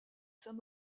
saint